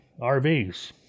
RVs